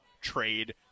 trade